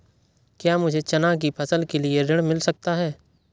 क्या मुझे चना की फसल के लिए ऋण मिल सकता है?